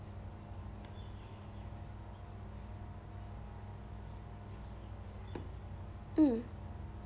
mm